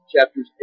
chapters